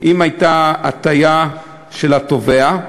אם הייתה הטעיה של התובע,